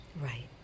right